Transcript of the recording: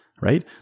right